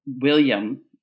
William